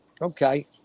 Okay